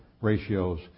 ratios